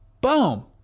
Boom